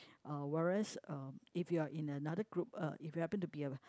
uh whereas um if you're in another group uh if you happen to be a